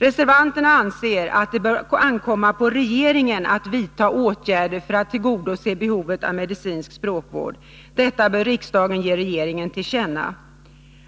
Reservanterna anser att det bör ankomma på regeringen att vidta åtgärder för att tillgodose behovet av medicinsk språkvård. Detta bör riksdagen ge regeringen till känna.